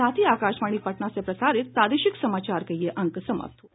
इसके साथ ही आकाशवाणी पटना से प्रसारित प्रादेशिक समाचार का ये अंक समाप्त हुआ